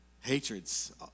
Hatreds